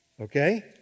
okay